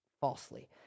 falsely